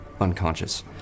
Unconscious